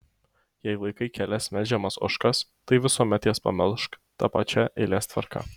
jei laikai kelias melžiamas ožkas tai visuomet jas pamelžk ta pačia eilės tvarka